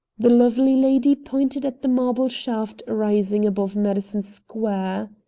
the lovely lady pointed at the marble shaft rising above madison square.